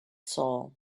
soul